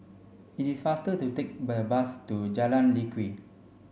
it is faster to take the bus to Jalan Lye Kwee